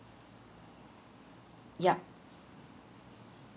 yup